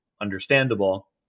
understandable